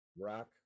rock